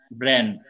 brand